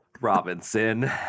Robinson